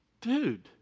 Dude